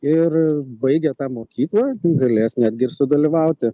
ir baigę tą mokyklą galės netgi sudalyvauti